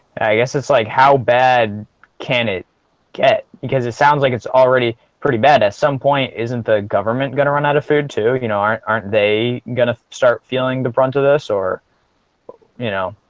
guess it's like how bad can it get because it sounds like it's already pretty bad at some point isn't the government gonna run out of food, too? you know aren't aren't they gonna start feeling the brunt of this or you know